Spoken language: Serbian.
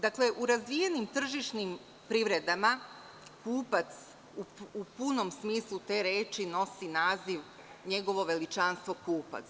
Dakle, u razvijenim tržišnim privredama kupac u punom smislu te reči nosi naziv njegovo veličanstvo kupac.